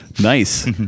Nice